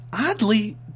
Oddly